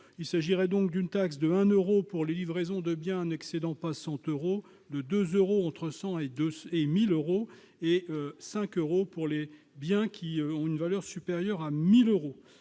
Il s'agirait d'une taxe de 1 euro pour les livraisons de biens n'excédant pas 100 euros, de 2 euros entre 101 et 1 000 euros et de 5 euros pour les biens d'une valeur supérieure à 1 000 euros.